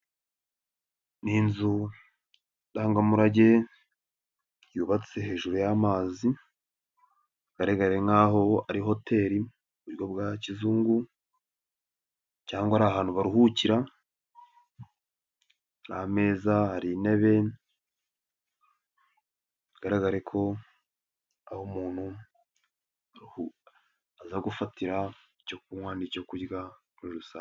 Ni inzu ndangamurage yubatse hejuru y'amazi, bigaragare nkaho ari hoteli mu buryo bwa kizungu cyangwa ari ahantu baruhukira, hari ameza, hari intebe, bigaragare ko ari aho umuntu aza gufatira icyo kunywa n'icyo kurya muri rusange.